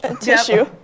Tissue